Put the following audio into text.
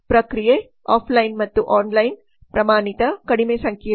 ಪ್ರಕ್ರಿಯೆ ಆಫ್ಲೈನ್ ಮತ್ತು ಆನ್ಲೈನ್ ಪ್ರಮಾಣಿತ ಕಡಿಮೆ ಸಂಕೀರ್ಣ